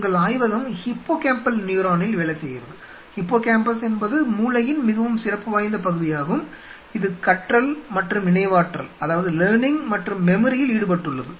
உங்கள் ஆய்வகம் ஹிப்போகாம்பல் நியூரானில் வேலை செய்கிறது ஹிப்போகாம்பஸ் என்பது மூளையின் மிகவும் சிறப்பு வாய்ந்த பகுதியாகும் இது கற்றல் மற்றும் நினைவாற்றலில் ஈடுபட்டுள்ளது